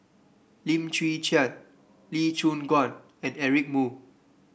Lim Chwee Chian Lee Choon Guan and Eric Moo